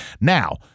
now